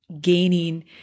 gaining